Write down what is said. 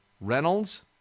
Reynolds